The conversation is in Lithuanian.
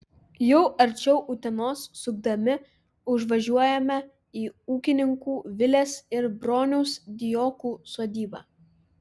jau arčiau utenos sukdami užvažiuojame į ūkininkų vilės ir broniaus dijokų sodybą